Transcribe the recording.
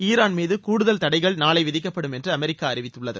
Iran மீது கூடுதல் தடைகள் நாளை விதிக்கப்படும் என்று அமெரிக்கா அறிவித்துள்ளது